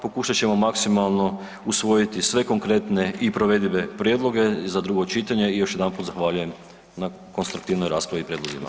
Pokušat ćemo maksimalno usvojiti sve konkretne i provedive prijedloge za drugo čitanje i još jedanput zahvaljujem na konstruktivnoj raspravi i prijedlozima.